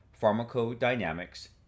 pharmacodynamics